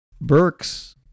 Burks